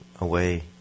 away